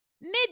mid